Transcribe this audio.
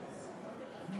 (תיקון, הגבלת תקופת ההפקעה